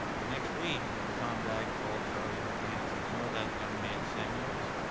the next week, tom bagg called charlie mcclain and said, you know that young man, samuels?